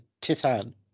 Titan